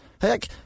Heck